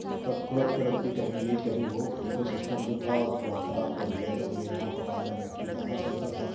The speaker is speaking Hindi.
मतलब खुरद खुरद के कहीं ये कहीं वो इकोसिस्टम जो था वो थोड़ा खराब कर दिया था बोले यहाँ पर राजा बैठ के गाना सुनता था